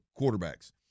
quarterbacks